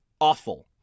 awful